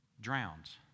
drowns